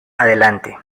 adelante